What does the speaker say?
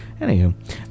Anywho